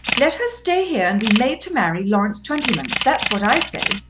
let her stay here and be made to marry lawrence twentyman. that's what i say.